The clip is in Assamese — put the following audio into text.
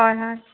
হয় হয়